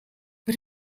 but